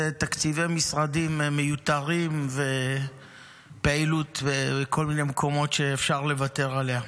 זה תקציבי משרדים מיותרים ופעילות בכל מיני מקומות שאפשר לוותר עליה.